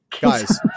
guys